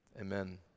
Amen